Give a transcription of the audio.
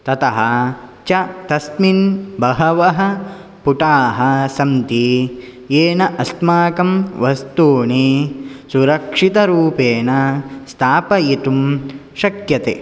ततः च तस्मिन् बहवः पुटाः सन्ति येन अस्माकं वस्तूनि सुरक्षितरूपेण स्थापयितुं शक्यते